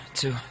two